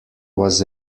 was